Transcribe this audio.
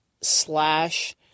slash